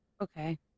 Okay